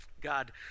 god